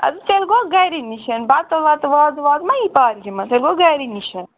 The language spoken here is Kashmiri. اَدٕ تیٚلہِ گوٚو گَرِ نِشَٲنۍ بَتہٕ وَتہٕ وازٕ وازٕ ما یِیہِ پارکہِ منٛز تیٚلہِ گوٚو گَرِ نِشَٲنۍ